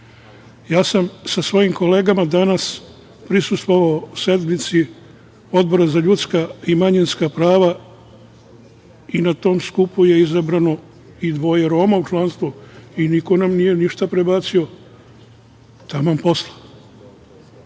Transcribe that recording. inače. Sa svojim kolega danas sam prisustvovao sednici Odbora za ljudska i manjinska prava i na tom skupu je izabrano i dvoje Roma u članstvo i niko nam ništa nije prebacio, taman posla.